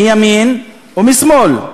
מימין ומשמאל,